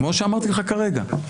כמו שאמרתי לך כרגע.